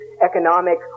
economic